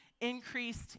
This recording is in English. increased